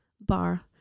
bar